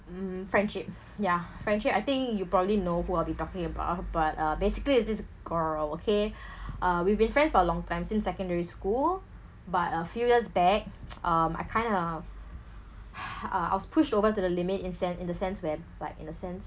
mm friendship yeah friendship I think you probably know who I'll be talking about but uh basically it's this girl okay uh we've been friends for a long time since secondary school but a few years back um I kind of I was pushed over to the limit in sen~ in the sense where but in a sense